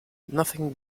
nothing